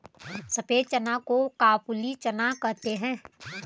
सफेद चना को काबुली चना कहते हैं